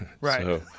Right